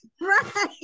Right